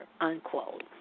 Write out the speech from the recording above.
unquote